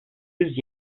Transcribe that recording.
yüz